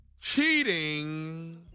Cheating